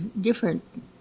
different